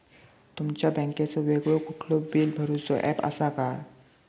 तुमच्या बँकेचो वेगळो कुठलो बिला भरूचो ऍप असा काय?